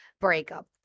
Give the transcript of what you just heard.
breakup